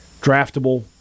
draftable